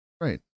Right